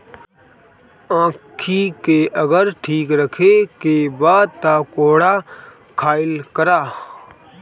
आंखी के अगर ठीक राखे के बा तअ कोहड़ा खाइल करअ